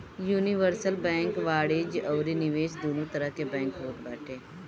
universal bank वाणिज्य अउरी निवेश दूनो तरह के बैंक होत बाटे